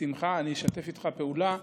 בשמחה אני אשתף איתך פעולה.